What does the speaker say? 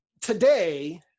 today